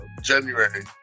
January